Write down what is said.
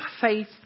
faith